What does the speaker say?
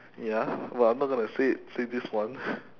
ya but I'm not going to say it say this one